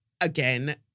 again